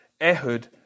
Ehud